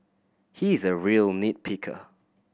he is a real nit picker